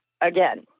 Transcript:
again